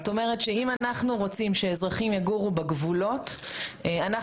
אם אנחנו רוצים שאזרחים יגורו בגבולות אנחנו